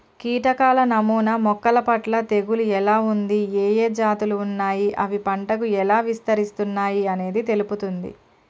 కీటకాల నమూనా మొక్కలపట్ల తెగులు ఎలా ఉంది, ఏఏ జాతులు ఉన్నాయి, అవి పంటకు ఎలా విస్తరిస్తున్నయి అనేది తెలుపుతుంది